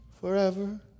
forever